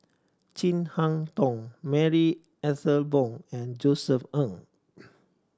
Chin Harn Tong Marie Ethel Bong and Josef Ng